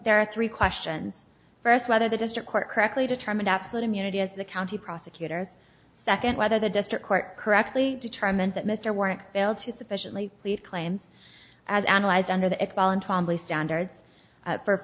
there are three questions first whether the district court correctly determined absolute immunity as the county prosecutor's second whether the district court correctly determined that mr wernick failed to sufficiently plead claims as analyzed under the